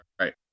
right